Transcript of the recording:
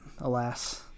alas